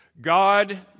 God